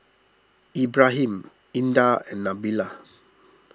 Ibrahim Indah and Nabila